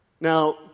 Now